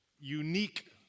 unique